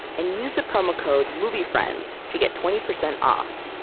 and use the promo code moviefriends to get twenty percent off.